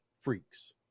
freaks